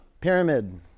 pyramid